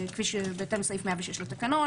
בהתאם לסעיף 106 לתקנון,